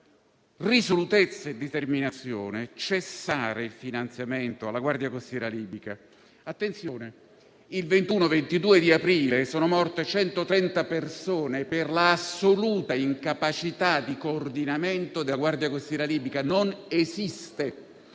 risolutezza e determinazione possa cessare il finanziamento alla Guardia costiera libica. Attenzione, il 21 e 22 aprile sono morte 130 persone per l'assoluta incapacità di coordinamento della Guardia costiera libica. Non esiste